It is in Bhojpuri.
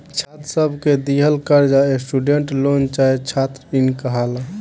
छात्र सब के दिहल कर्जा स्टूडेंट लोन चाहे छात्र इन कहाला